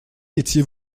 étiez